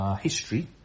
history